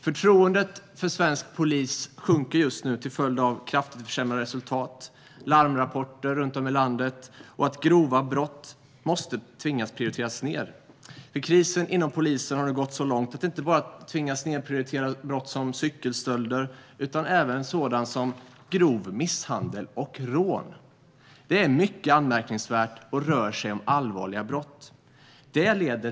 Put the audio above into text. Förtroendet för svensk polis sjunker just nu till följd av kraftigt försämrade resultat, larmrapporter runt om i landet och det faktum att man tvingas prioritera ned grova brott. Krisen inom polisen har nu gått så långt att man tvingas nedprioritera inte bara brott som cykelstölder utan även sådant som grov misshandel och rån. Det är mycket anmärkningsvärt, då det rör sig om allvarliga brott. Fru talman!